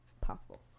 possible